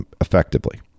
effectively